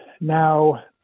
now